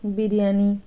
biryani